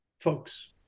folks